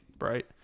right